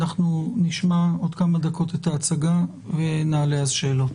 אנחנו נשמע עוד כמה דקות את הצגה ונעלה אז שאלות.